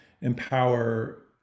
empower